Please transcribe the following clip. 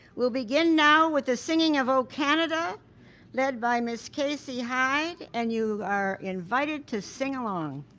we'll begin now with the singing of o canada lead my miss casey hyde, and you are invited to sing along.